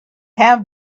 have